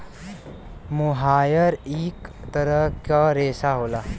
मोहायर इक तरह क रेशा होला